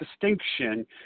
distinction